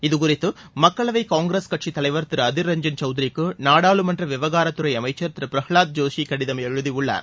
இதுகுறித்து மக்களவை காங்கிரஸ் கட்சி தலைவர் திரு அதிர் ரஞ்சன் சவுத்ரிக்கு நாடாளுமன்ற விவகாரத்துறை அமைச்சர் திரு பிரல்ஹாத் ஜோஷி கடிதம் எழுதியுள்ளார்